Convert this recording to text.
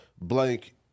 blank